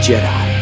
Jedi